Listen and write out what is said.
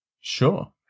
Sure